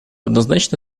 однозначно